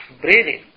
breathing